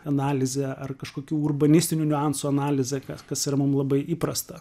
analizė ar kažkokių urbanistinių niuansų analizė kas kas yra mum labai įprasta